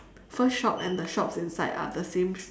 first shop and the shops inside are the same